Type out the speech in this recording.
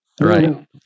Right